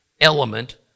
element